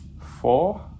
Four